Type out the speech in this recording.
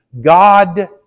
God